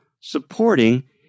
supporting